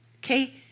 okay